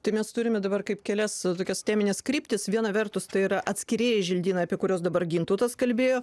tai mes turime dabar kaip kelias tokias temines kryptis viena vertus tai yra atskirieji želdynai apie kuriuos dabar gintautas kalbėjo